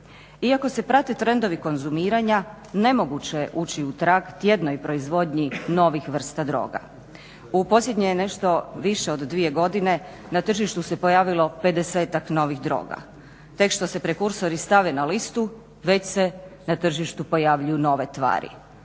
Iako se prate trendovi konzumiranja nemoguće je ući u trag tjednoj proizvodnji novih vrsta droga. U posljednje nešto više od dvije godine na tržištu se pojavilo 50-tak novih droga. Tek što se prekursori stave na listu već se na tržištu pojavljuju nove tvari.